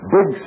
Big